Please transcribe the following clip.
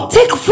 Take